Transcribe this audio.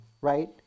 right